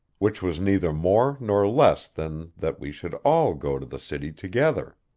which was neither more nor less than that we should all go to the city together.